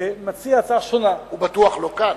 מציע הצעה שונה, הוא בטוח לא כאן.